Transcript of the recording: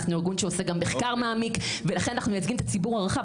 אנחנו ארגון שעוסק גם מחקר מעמיק ולכן אנחנו מייצגים את הציבור הרחב,